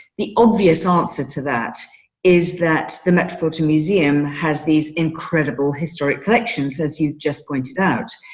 the obvious answer to that is that the metropolitan museum has these incredible historic collections, as you just pointed out.